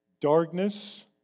darkness